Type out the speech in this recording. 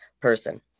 person